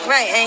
Right